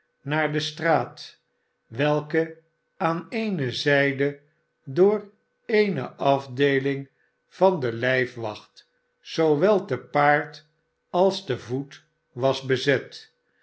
naar de straat welke aan eene zijde door eene afdeeling van de lijfwacht zoowel te paard als te voet was bezet